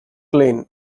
clean